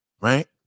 right